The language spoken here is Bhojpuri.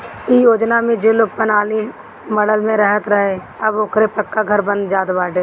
इ योजना में जे लोग पलानी मड़इ में रहत रहे अब ओकरो पक्का घर बन जात बाटे